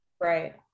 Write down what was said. Right